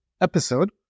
episode